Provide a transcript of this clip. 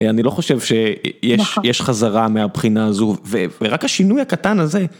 אני לא חושב שיש חזרה מהבחינה הזו, ורק השינוי הקטן הזה